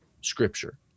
scripture